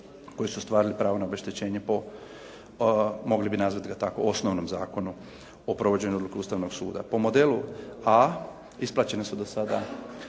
koji su ostvarili pravo na obeštećenje po, mogli bi nazvat ga tako, osnovnom Zakonu o provođenju odluka Ustavnog suda. Po modelu A isplaćene su do sada